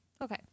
Okay